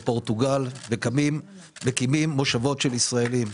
ובפורטוגל, מקימים מושבות של ישראלים.